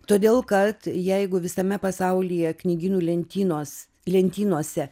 todėl kad jeigu visame pasaulyje knygynų lentynos lentynose